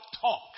talk